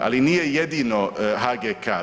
Ali nije jedino HGK-a.